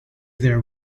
there